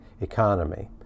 economy